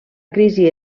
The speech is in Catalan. crisi